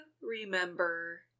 remember